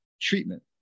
treatment